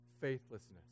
faithlessness